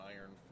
Iron